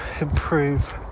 improve